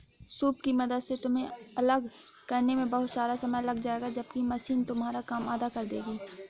soup की मदद से तुम्हें अलग करने में बहुत समय लग जाएगा जबकि मशीन तुम्हारा काम आधा कर देगी